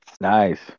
Nice